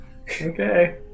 Okay